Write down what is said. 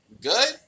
Good